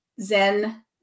Zen